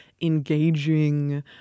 engaging